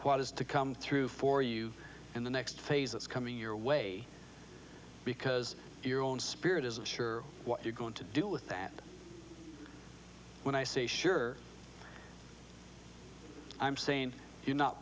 is to come through for you in the next phase that's coming your way because your own spirit isn't sure what you're going to do with that when i say sure i'm saying you're not